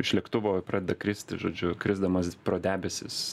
iš lėktuvo pradeda kristi žodžiu krisdamas pro debesis